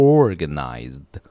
organized